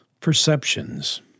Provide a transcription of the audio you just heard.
perceptions